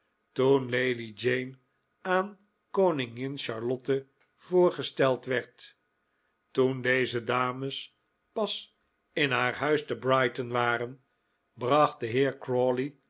toen lady jane aan koningin charlotte voorgesteld werd toen deze dames pas in haar huis te brighton waren bracht de heer